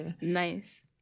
Nice